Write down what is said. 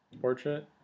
portrait